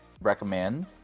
Recommend